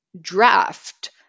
draft